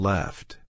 Left